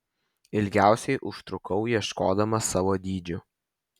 ilgiausiai užtrukau ieškodama savo dydžių